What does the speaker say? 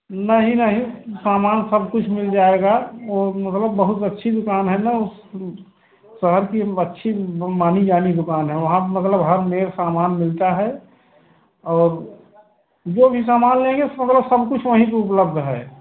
नहीं नहीं सामान सब कुछ मिल जाएगा वह मतलब बहुत अच्छी दुकान है ना शहर की अच्छी मानी जानी दुकान है वहाँ पर मतलब हर मेल सामान मिलता है और जो भी सामान लेंगे मतलब सब कुछ वहीं पर उपलब्ध है